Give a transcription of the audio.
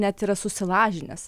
net yra susilažinęs